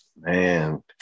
Man